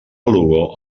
lugo